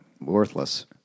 worthless